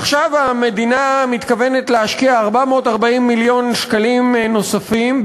עכשיו המדינה מתכוונת להשקיע 440 מיליון שקלים נוספים,